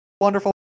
Wonderful